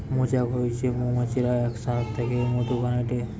মৌচাক হইতে মৌমাছিরা এক সাথে থেকে মধু বানাইটে